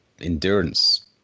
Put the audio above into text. endurance